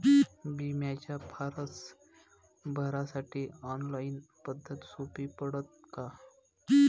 बिम्याचा फारम भरासाठी ऑनलाईन पद्धत सोपी पडन का?